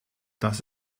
das